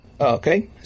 okay